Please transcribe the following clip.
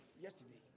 yesterday